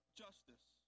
justice